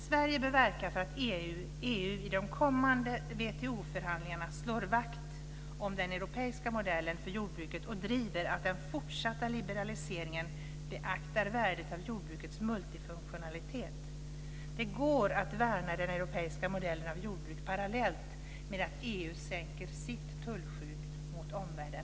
Sverige bör verka för att EU i de kommande WTO-förhandlingarna slår vakt om den europeiska modellen för jordbruket och driver att den fortsatta liberaliseringen beaktar värdet av jordbrukets multifunktionalitet. Det går att värna den europeiska modellen av jordbruk parallellt med att EU sänker sitt tullskydd mot omvärlden.